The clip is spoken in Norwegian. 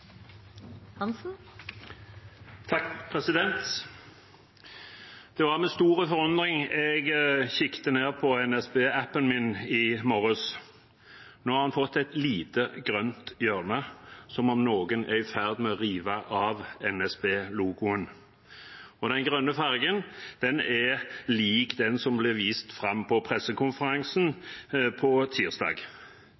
Det var med stor forundring jeg kikket ned på NSB-appen min i morges. Nå har den fått et lite grønt hjørne, som om noen er i ferd med å rive av NSB-logoen, og den grønne fargen er lik den som ble vist fram på pressekonferansen